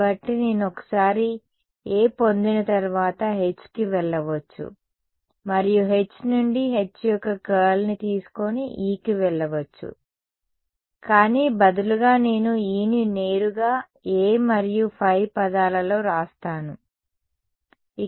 కాబట్టి నేను ఒకసారి A పొందిన తరువాత H కి వెళ్ళవచ్చు మరియు H నుండి H యొక్క కర్ల్ని తీసుకొని Eకి వెళ్ళవచ్చు కానీ బదులుగా నేను E ని నేరుగా A మరియు ϕ పదాలలో వ్రాస్తాను